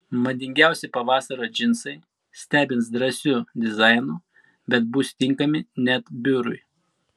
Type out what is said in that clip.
madingiausi pavasario džinsai stebins drąsiu dizainu bet bus tinkami net biurui